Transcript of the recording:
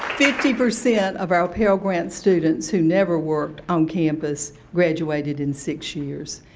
fifty percent of our pell grant students who never worked on campus graduated in six years.